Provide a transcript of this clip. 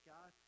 God